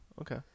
Okay